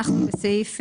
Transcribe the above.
אנחנו בסעיף,